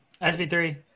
SB3